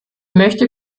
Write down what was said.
möchte